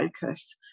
focus